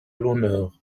l’honneur